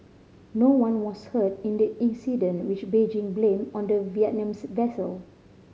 no one was hurt in the incident which Beijing blamed on the Vietnamese vessel